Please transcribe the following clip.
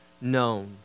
known